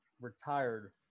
retired